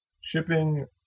shipping